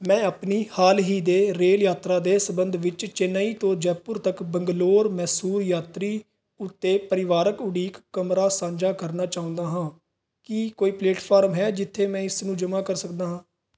ਮੈਂ ਆਪਣੀ ਹਾਲ ਹੀ ਦੇ ਰੇਲ ਯਾਤਰਾ ਦੇ ਸੰਬੰਧ ਵਿੱਚ ਚੇਨਈ ਤੋਂ ਜੈਪੁਰ ਤੱਕ ਬੰਗਲੌਰ ਮੈਸੂਰ ਯਾਤਰੀ ਉੱਤੇ ਪਰਿਵਾਰਕ ਉਡੀਕ ਕਮਰਾ ਸਾਂਝਾ ਕਰਨਾ ਚਾਹੁੰਦਾ ਹਾਂ ਕੀ ਕੋਈ ਪਲੇਟਫਾਰਮ ਹੈ ਜਿੱਥੇ ਮੈਂ ਇਸ ਨੂੰ ਜਮ੍ਹਾਂ ਕਰ ਸਕਦਾ ਹਾਂ